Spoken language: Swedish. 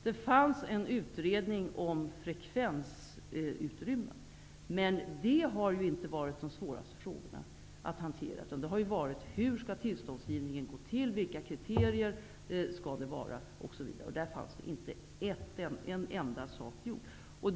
Det fanns en utredning om frekvensutrymmen, men det har inte varit den svåraste frågan att hantera, utan det har varit hur tillståndsgivningen skall gå till, vilka kriterier som skall gälla osv. Där fanns som sagt inte en enda sak gjord.